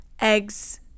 eggs